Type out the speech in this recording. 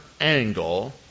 angle